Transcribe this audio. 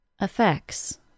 Effects